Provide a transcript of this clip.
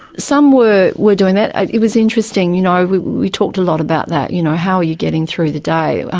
some were were doing that. it was interesting, you know we talked a lot about that, you know, how you getting through the day?